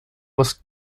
was